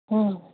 হুম